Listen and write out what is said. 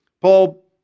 Paul